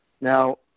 Now